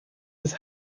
his